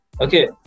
Okay